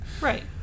Right